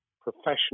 professional